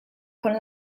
con